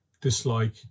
dislike